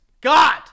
God